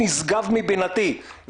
אין לנו חלופות מתאימות לצרכים שלנו,